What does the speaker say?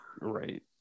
Right